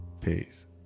peace